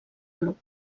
club